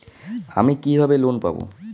আমি কিভাবে লোন পাব?